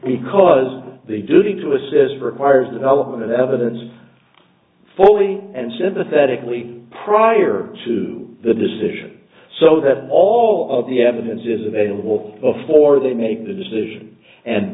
because the duty to assist requires development of the evidence fully and sympathetically prior to the decision so that all of the evidence is available before they make the decision and